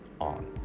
on